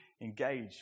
engage